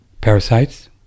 parasites